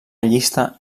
llista